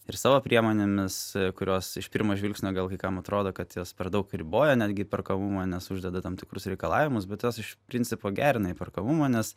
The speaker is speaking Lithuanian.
ir savo priemonėmis kurios iš pirmo žvilgsnio gal kai kam atrodo kad jos per daug riboja netgi įperkamumą nes uždeda tam tikrus reikalavimus bet jos iš principo gerina įperkamumą nes